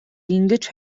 ингэж